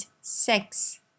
sex